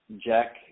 Jack